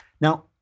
Now